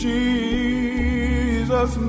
Jesus